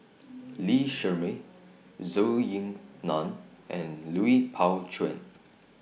Lee Shermay Zhou Ying NAN and Lui Pao Chuen